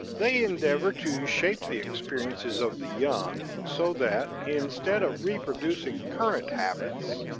they endeavor to shape the experiences of the young so that instead of reproducing current habits,